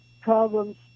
problems